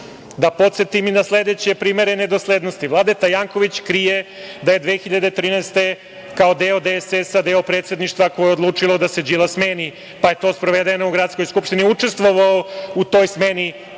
podsetim i na sledeće primere nedoslednosti. Vladeta Janković, krije da je 2013. godine, kao DSS, deo predsedništva koje je odlučilo da se Đilas smeni, pa je to sprovedeno u gradskoj skupštini, učestvovao u toj smeni